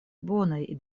bonaj